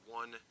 one